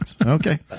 Okay